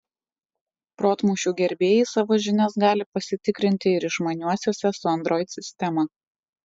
protmūšių gerbėjai savo žinias gali pasitikrinti ir išmaniuosiuose su android sistema